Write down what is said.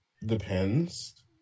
Depends